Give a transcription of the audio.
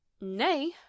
Nay